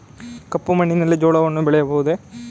ಕಪ್ಪು ಮಣ್ಣಿನಲ್ಲಿ ಜೋಳವನ್ನು ಬೆಳೆಯಬಹುದೇ?